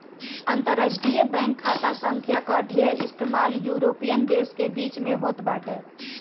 अंतरराष्ट्रीय बैंक खाता संख्या कअ ढेर इस्तेमाल यूरोपीय देस के बीच में होत बाटे